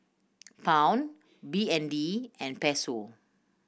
Pound B N D and Peso